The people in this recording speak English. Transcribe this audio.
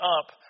up